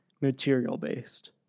material-based